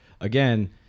again